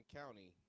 county